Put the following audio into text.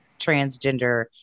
transgender